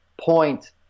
point